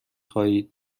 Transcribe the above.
خواهید